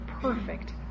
perfect